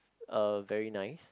uh very nice